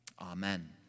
Amen